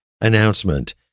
announcement